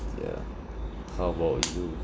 ya how about you